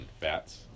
fats